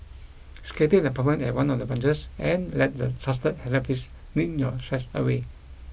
schedule an appointment at one of the branches and let the trusted therapists knead your stress away